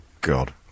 God